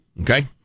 Okay